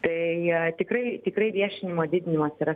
tai tikrai tikrai viešinimo didinimas yra